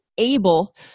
able